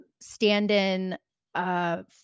stand-in